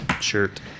Shirt